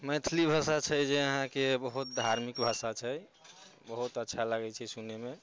मैथिली भाषा छै जे अहाँके बहुत धार्मिक भाषा छै बहुत अच्छा लागै छै सुनैमे